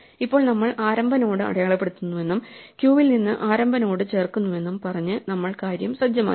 ഇപ്പോൾ നമ്മൾ ആരംഭ നോഡ് അടയാളപ്പെടുത്തുന്നുവെന്നും ക്യൂവിൽ നിന്ന് ആരംഭ നോഡ് ചേർക്കുന്നുവെന്നും പറഞ്ഞ് നമ്മൾ കാര്യം സജ്ജമാക്കി